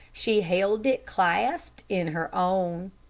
she held it clasped in her own.